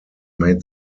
made